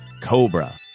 Cobra